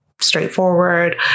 straightforward